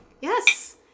yes